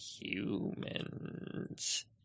humans